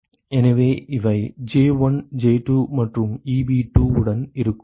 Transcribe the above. எனவே இவை J1 J2 மற்றும் Eb2 உடன் இருக்கும்